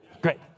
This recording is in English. Great